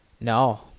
No